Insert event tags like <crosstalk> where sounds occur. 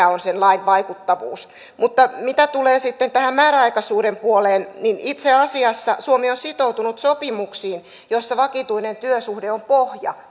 <unintelligible> on sen lain vaikuttavuus mutta mitä tulee sitten tähän määräaikaisuuden puoleen niin itse asiassa suomi on sitoutunut sopimuksiin joissa vakituinen työsuhde on pohja <unintelligible>